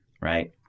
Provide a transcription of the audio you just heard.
right